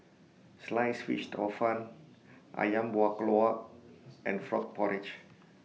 Sliced Fish Hor Fun Ayam Buah Keluak and Frog Porridge